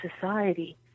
society